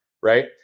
right